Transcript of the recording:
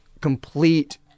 complete